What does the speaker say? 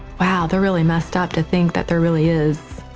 wow, they're really messed up to think that there really is,